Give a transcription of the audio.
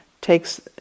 takes